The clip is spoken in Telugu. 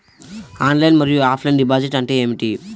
ఆన్లైన్ మరియు ఆఫ్లైన్ డిపాజిట్ అంటే ఏమిటి?